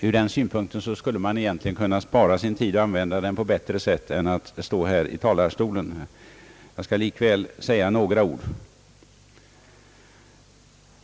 Ur den synpunkten skulle man kunna spara sin tid och använda den på ett bättre sätt än att stå här i talarstolen. Jag skall likväl säga några ord.